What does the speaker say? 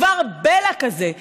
דבר בלע כזה?